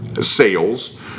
sales